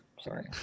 Sorry